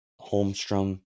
Holmstrom